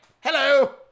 hello